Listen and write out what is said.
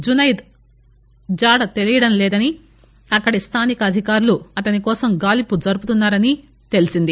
జునైద్ జాడ తెలియడం లేదని అక్కడి స్థానిక అధికారులు అతని కోసం గాలింపు జరుపుతున్నా రని తెలిసింది